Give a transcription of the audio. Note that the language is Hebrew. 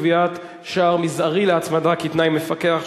קביעת שער מזערי להצמדה כתנאי מקפח),